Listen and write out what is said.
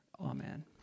Amen